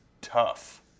tough